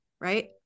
right